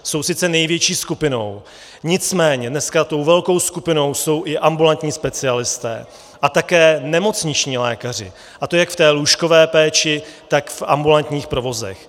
Jsou sice největší skupinou, nicméně dneska tou velkou skupinou jsou i ambulantní specialisté a také nemocniční lékaři, a to jak v té lůžkové péči, tak v ambulantních provozech.